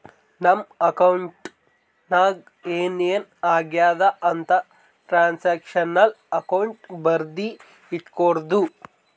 ನಮ್ ಅಕೌಂಟ್ ನಾಗ್ ಏನ್ ಏನ್ ಆಗ್ಯಾದ ಅಂತ್ ಟ್ರಾನ್ಸ್ಅಕ್ಷನಲ್ ಅಕೌಂಟ್ ಬರ್ದಿ ಇಟ್ಗೋತುದ